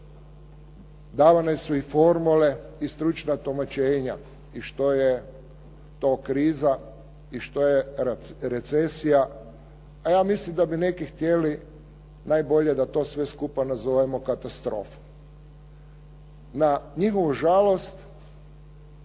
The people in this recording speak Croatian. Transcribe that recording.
davane su i formule i stručna tumačenja i što je to kriza, i što je recesija. A ja mislim da bi neki htjeli najbolje da to sve skupa nazovemo katastrofom.